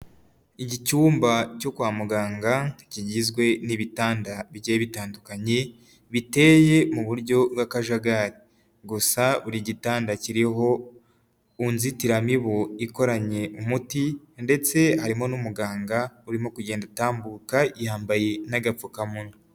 Iki cyumba cyo kwa muganga kigizwe n'ibitanda bigiye bitandukanye biteye mu buryo bw'akajagari, gusa buri gitanda kiriho inzitiramibu ikoranye umuti ndetse harimo n'umuganga urimo kugenda utambuka yambaye n'agapfukamunwa.